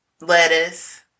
lettuce